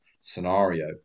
scenario